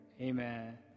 Amen